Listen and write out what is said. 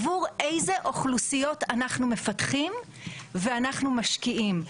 עבור איזה אוכלוסיות אנחנו מפתחים ואנחנו משקיעים.